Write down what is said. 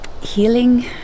healing